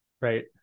Right